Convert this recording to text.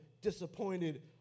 disappointed